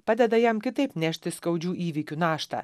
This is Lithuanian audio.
padeda jam kitaip nešti skaudžių įvykių naštą